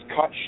cut